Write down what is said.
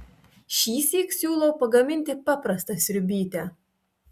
šįsyk siūlau pagaminti paprastą sriubytę